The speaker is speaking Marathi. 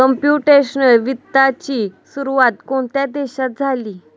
कंप्युटेशनल वित्ताची सुरुवात कोणत्या देशात झाली?